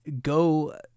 go